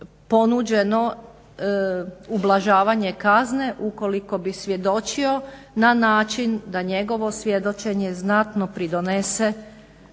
ponuđeno ublažavanje kazne ukoliko bi svjedočio na način da njegovo svjedočenje znatno pridonese u otkrivanju